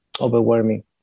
overwhelming